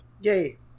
Yay